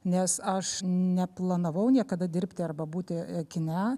nes aš neplanavau niekada dirbti arba būti kine